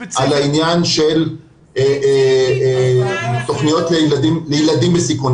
על העניין של תכניות לילדים בסיכון.